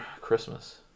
Christmas